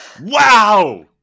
Wow